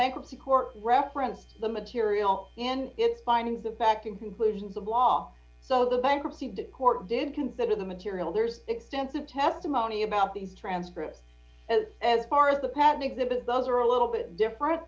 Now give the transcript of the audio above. bankruptcy court reference the material in its findings of fact and conclusions of law so the bankruptcy court did consider the material there's extensive testimony about the transcript as far as the patent exhibit those are a little bit different